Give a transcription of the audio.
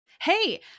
Hey